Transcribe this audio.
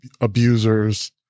abusers